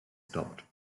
stopped